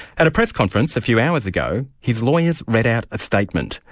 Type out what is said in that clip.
at a press conference a few hours ago, his lawyers read out a statement,